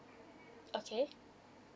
okay